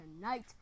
tonight